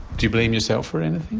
do you blame yourself for and